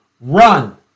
run